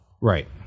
Right